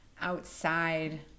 outside